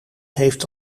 heeft